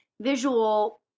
visual